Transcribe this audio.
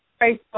Facebook